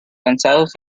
lanzados